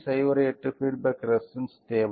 08 feedback resistance தேவை